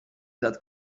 that